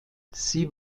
sie